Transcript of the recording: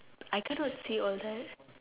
I cannot see all that